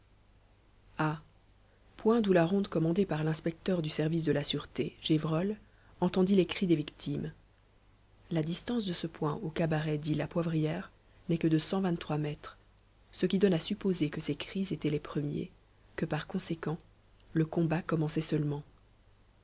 point d'où la ronde commandée par l'inspecteur du service de la sûreté gévrol entendit les cris des victimes la distance de ce point au cabaret dit la poivrière n'est que de cent mètres ce qui donne à supposer que ces cris étaient les premiers que par conséquent le combat commençait seulement